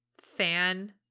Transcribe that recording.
fan